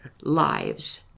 lives